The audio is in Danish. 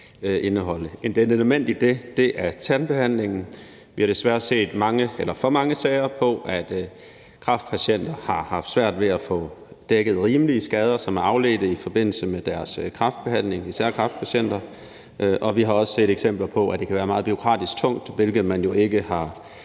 Et element i det er tandbehandlingen. Vi har desværre set for mange sager, hvor især kræftpatienter har haft svært ved at få dækket rimelige skader, som er afledt i forbindelse med deres kræftbehandling, og vi har også set eksempler på, at det kan være meget bureaukratisk tungt, hvilket man jo ikke har